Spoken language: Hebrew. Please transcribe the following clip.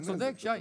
אתה צודק, שי.